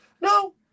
no